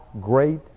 great